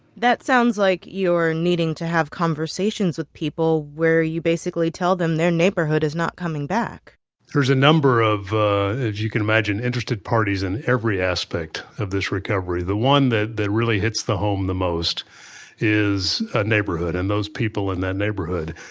that sounds like you are needing to have conversations with people where you basically tell them their neighborhood is not coming back there's a number of, as you can imagine, interested parties in every aspect of this recovery. the one that that really hits home the most is a neighborhood, and those people in that neighborhood.